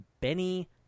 Benny